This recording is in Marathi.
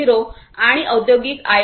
0 आणि औद्योगिक आय